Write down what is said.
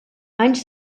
anys